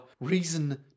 reason